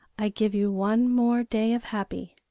i give you one more day of happy.